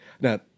Now